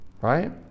right